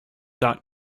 dot